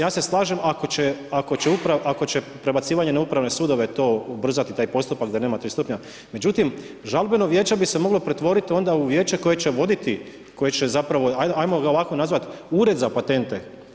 Ja se slažem ako će prebacivanje na upravne sudove to ubrzati taj postupak da nema tri stupnja, međutim, žalbeno vijeće bi se moglo pretvoriti onda u vijeće koje će voditi, koje će zapravo, ajmo ga ovako nazvati, ured za patente.